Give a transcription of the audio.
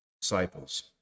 disciples